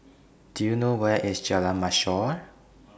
Do YOU know Where IS Jalan Mashor